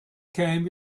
camp